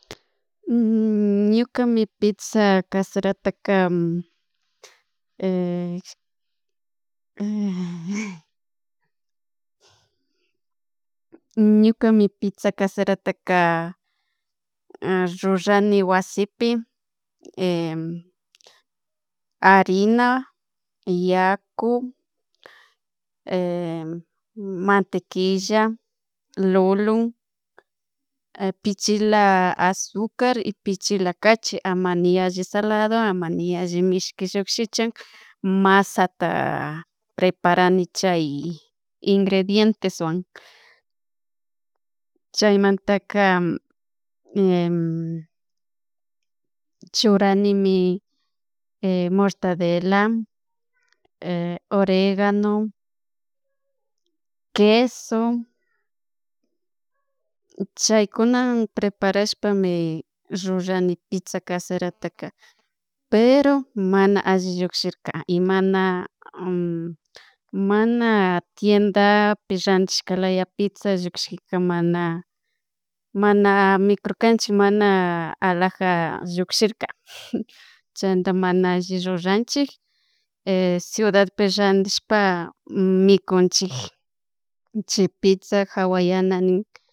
ñukami piza caserataka ñukami piza caserataka rurani wasipi harina, yaku mantequilla, lulun, pichila azucar y pichila cachi amani alli salado amani alli mishki llukshichuk, masata preparani chay ingredienteswan chaymantaka churanimi mortadela, oregano, queso, chaykunan preparashpami rurani piza caserataka pero mana alli llukshirka y mana mana tiendapish randishkalaya piza llukshishka mana mana mikurkanchik mana alaja llukshirka chanta mana alli ruranchik ciudad randishpa mikunchik chay pizza hawanana nin